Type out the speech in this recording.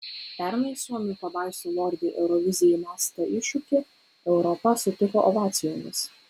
pernai suomių pabaisų lordi eurovizijai mestą iššūkį europa sutiko ovacijomis